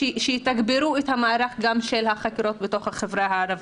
שיתגברו את מערך החקירות בתוך החברה הערבית.